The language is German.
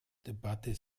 debatte